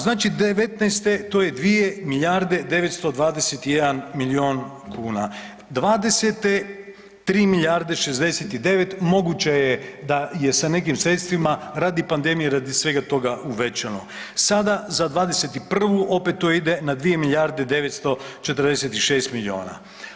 Znači '19.-te to je 2 milijarde 921 milion kuna, '20.-te 3 milijarde 69 moguće je da je sa nekim sredstvima radi pandemije, radi svega toga uvećano, sada za '21. opet to ide na 2 milijarde 946 miliona.